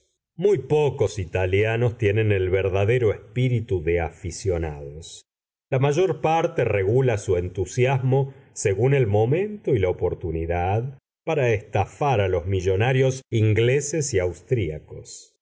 muy pocos italianos tienen el verdadero espíritu de aficionados la mayor parte regula su entusiasmo según el momento y la oportunidad para estafar a los millonarios ingleses y austriacos